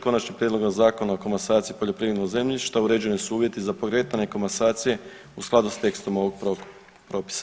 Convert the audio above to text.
Konačnim prijedlogom Zakona o komasaciji poljoprivrednog zemljišta uređeni su uvjeti za pokretanje komasacije u skladu s tekstom ovog propisa.